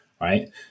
right